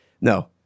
No